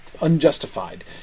unjustified